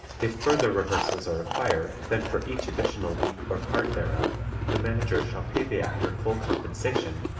if further rehearsals are required then for each additional week or part thereof the manager shall pay the actor full compensation,